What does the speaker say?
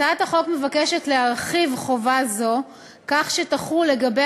הצעת החוק מבקשת להרחיב חובה זו כך שתחול לגבי